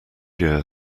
year